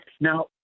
Now